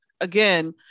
again